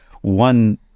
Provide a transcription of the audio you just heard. one